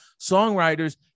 songwriters